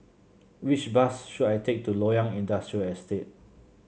which bus should I take to Loyang Industrial Estate